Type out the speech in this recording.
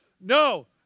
No